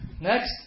Next